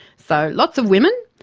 so, lots of women,